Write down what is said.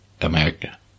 America